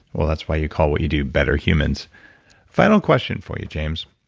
well, that's why you call what you do betterhumans final question for you, james.